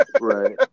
Right